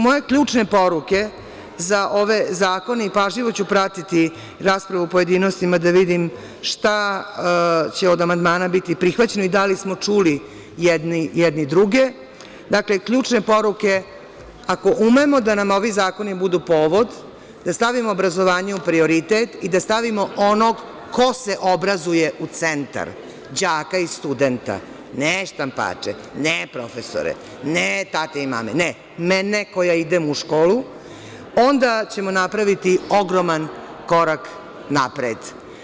Moje ključne poruke za ove zakone i pažljivo ću pratiti raspravu u pojedinostima da vidim šta će od amandmana biti prihvaćeno i da li smo čuli jedni druge, dakle ključne poruke, ako umemo da nam ovi zakoni budu povod, da stavimo obrazovanje u prioritet i da stavimo onog ko se obrazuje u centar, đaka i studenta, ne štampače, ne profesore, ne tate i mame, ne, mene koja idem u školu onda ćemo napraviti ogroman korak napred.